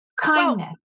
Kindness